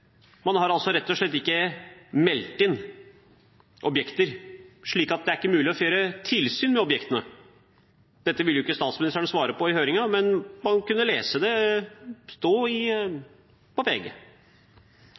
Man har altså rett og slett ikke meldt inn objekter, slik at det ikke er mulig å føre tilsyn med objektene. Dette ville ikke statsministeren svare på i høringen, men man kunne lese om det i